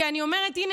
כי אני אומרת: הינה,